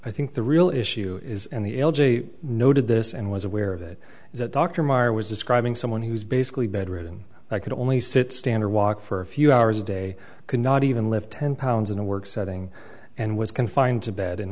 i think the real issue is and the l g a noted this and was aware of it that dr myers was describing someone who's basically bedridden i could only sit stand or walk for a few hours a day could not even live ten pounds in a work setting and was confined to bed and